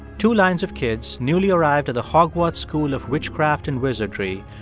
two lines of kids, newly arrived at the hogwarts school of witchcraft and wizardry,